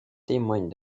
témoigne